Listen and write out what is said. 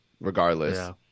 regardless